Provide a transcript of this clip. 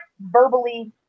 verbally